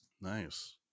Nice